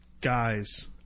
guys